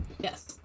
yes